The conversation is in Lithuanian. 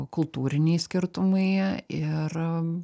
kultūriniai skirtumai ir